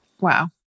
Wow